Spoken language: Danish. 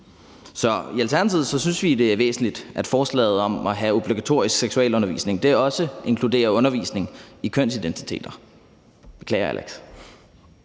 Så i Alternativet synes vi, det er væsentligt, at forslaget om at have obligatorisk seksualundervisning også inkluderer undervisning i kønsidentiteter. Jeg beklager til